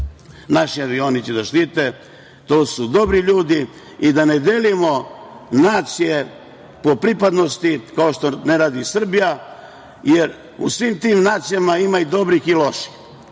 naši avioni da štite. To su dobri ljudi. I da ne delimo nacije po pripadnosti, kao što ne radi Srbija. U svim tim nacijama ima i dobrih i loših,